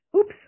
Oops